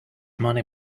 money